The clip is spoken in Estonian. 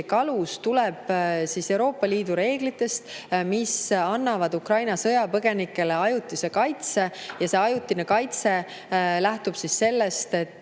alus tuleb Euroopa Liidu reeglitest, mis annavad Ukraina sõjapõgenikele ajutise kaitse. Ja see ajutine kaitse lähtub sellest, et